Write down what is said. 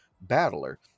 battler